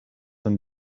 een